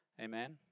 Amen